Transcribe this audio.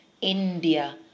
India